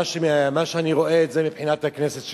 מה שאני רואה מבחינת הכנסת שלנו: